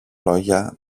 λόγια